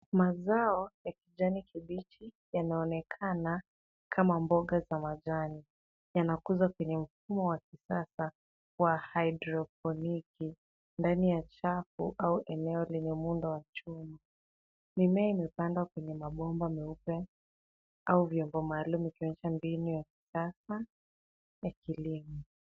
Mazao ya kijani kibichi yanaonekana kama mboga za majani. Yanakuzwa kwenye mfumo wa kisasa wa haidroponiki ndani ya chafu au eneo lenye muundo wa chuma. Mimea imepandwa kwenye mabomba meupe au vyombo vya maalum ikiwa ni mbinu ya kisasa ya kilimo.